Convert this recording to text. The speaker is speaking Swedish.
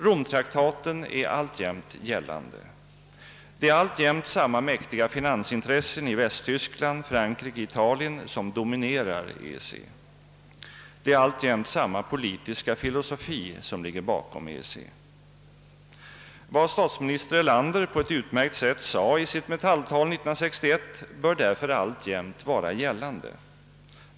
Romtraktaten är alltjämt gällande. Det är alltjämt samma mäktiga finansintressen i Västtyskland, Frankrike och Italien som dominerar EEC. Det är alltjämt samma politiska filosofi som ligger bakom EEC. Vad statsminister Erlander på ett utmärkt sätt sade i sitt Metalltal 1961 bör därför fortfarande gälla.